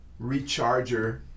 recharger